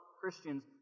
Christians